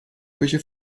küche